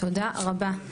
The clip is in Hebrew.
תודה רבה,